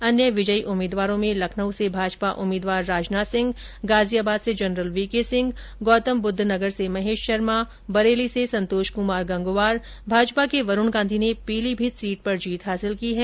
अन्य विजयी उम्मीदवारों में लखनऊ से भाजपा उम्मीदवार राजनाथ सिंह गाजियाबाद से general V K Singh Gautam Buddhnagar से महेश शर्मा बरेली से संतोष कुमार गंगवार भाजपा के वरूण गांधी ने पीलीभीत सीट पर जीत हासिल की है